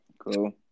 Cool